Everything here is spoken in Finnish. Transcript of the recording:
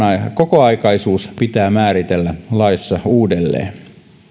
kokoaikaisuus pitää määritellä laissa uudelleen